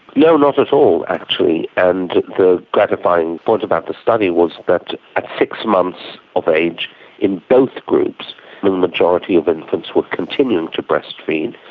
no, not at all actually, actually, and the gratifying point about the study was that at six months of age in both groups the majority of infants were continuing to breastfeed,